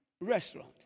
restaurant